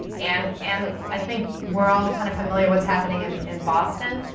and and i think we're all kind of familiar what's happening and in boston.